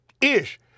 ish